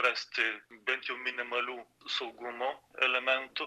rasti bent jau minimalių saugumo elementų